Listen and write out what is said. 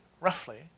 roughly